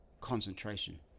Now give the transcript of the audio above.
concentration